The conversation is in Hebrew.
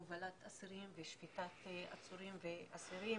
הובלת אסירים ושפיטת עצורים ואסירים